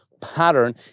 pattern